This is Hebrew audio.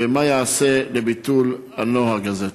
2. ומה ייעשה לביטול הנוהג הזה?